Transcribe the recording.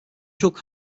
çok